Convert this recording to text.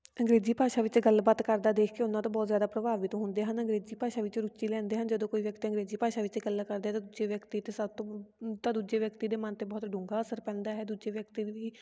ਅੰਗਰੇਜ਼ੀ ਭਾਸ਼ਾ ਵਿੱਚ ਗੱਲਬਾਤ ਕਰਦਾ ਦੇਖ ਕੇ ਉਹਨਾਂ ਤੋਂ ਬਹੁਤ ਜ਼ਿਆਦਾ ਪ੍ਰਭਾਵਿਤ ਹੁੰਦੇ ਹਨ ਅੰਗਰੇਜ਼ੀ ਭਾਸ਼ਾ ਵਿੱਚ ਰੁਚੀ ਲੈਂਦੇ ਹਨ ਜਦੋਂ ਕੋਈ ਵਿਅਕਤੀ ਅੰਗਰੇਜ਼ੀ ਭਾਸ਼ਾ ਵਿੱਚ ਗੱਲਾਂ ਕਰਦੇ ਆ ਤਾਂ ਦੂਜੇ ਵਿਅਕਤੀ 'ਤੇ ਸਭ ਤੋਂ ਤਾਂ ਦੂਜੇ ਵਿਅਕਤੀ ਦੇ ਮਨ 'ਤੇ ਬਹੁਤ ਡੂੰਘਾ ਅਸਰ ਪੈਂਦਾ ਹੈ ਦੂਜੇ ਵਿਅਕਤੀ